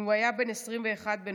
הוא היה בן 21 בנופלו.